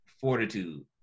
fortitude